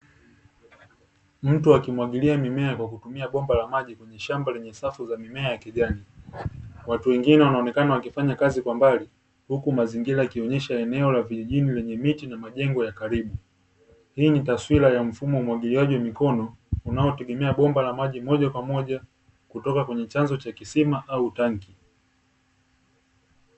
Mtu akimwagilia mimea kwa kutumia bomba la maji kwenye shamba lenye safu za mimea ya kijani, watu wengine wanaonekana wakifanya kazi kwa mbali, huku mazingira yakionyesha eneo la vijijini lenye miti na majengo ya karibu. Hii ni taswira ya mfumo wa umwagiliaji wa mikono unaotegemea bomba la maji moja kwa moja kutoka kwenye chanzo cha kisima au tanki.